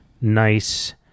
nice